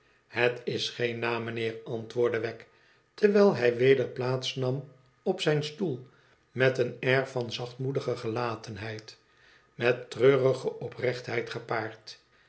ihet is geen naam meneer antwoordde wegg terwijl hij weder plaats nam op zijn stoel met een air van zachtmoedige gelatenheid met tremige oprechtheid gepaard